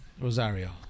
Rosario